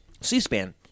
C-SPAN